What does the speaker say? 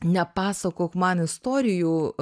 nepasakok man istorijų